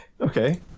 Okay